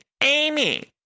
Amy